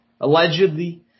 allegedly